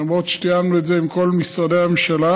למרות שתיאמנו את זה עם כל משרדי הממשלה,